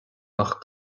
ach